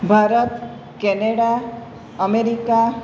Bharat Canada America